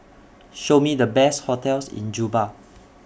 Show Me The Best hotels in Juba